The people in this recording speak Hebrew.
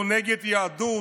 שהוא נגד יהדות,